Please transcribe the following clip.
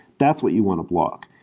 that's what you want to block.